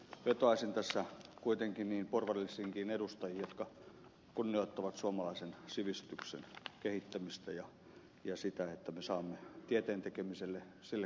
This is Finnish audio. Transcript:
vetoaisin tässä kuitenkin niihin porvarillisiinkin edustajiin jotka kunnioittavat suomalaisen sivistyksen kehittämistä ja sitä että me saamme tieteen tekemiselle sille kuuluvan arvon